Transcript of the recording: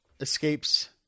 escapes